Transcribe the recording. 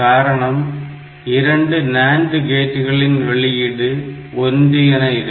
காரணம் இரண்டு NAND கேட்டுகளின் வெளியீடு 1 என இருக்கும்